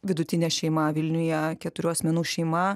vidutinė šeima vilniuje keturių asmenų šeima